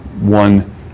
one